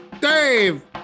Dave